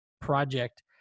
project